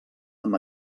amb